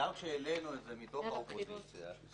וגם כשהעלינו את זה מתוך האופוזיציה -- ערב בחירות.